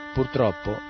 Purtroppo